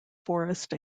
forest